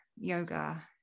yoga